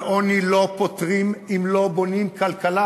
אבל עוני לא פותרים אם לא בונים כלכלה.